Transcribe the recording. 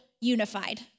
unified